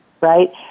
right